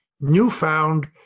newfound